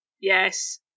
yes